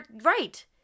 Right